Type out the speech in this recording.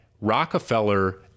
Rockefeller